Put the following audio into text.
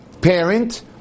parent